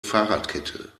fahrradkette